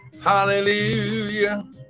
hallelujah